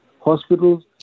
hospitals